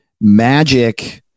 magic